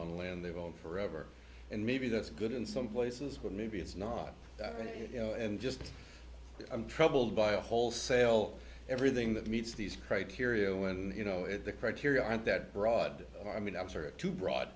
on land they go on forever and maybe that's good in some places where maybe it's not that you know and just i'm troubled by a whole sale everything that meets these criteria when you know if the criteria aren't that broad i mean i'm sure too broad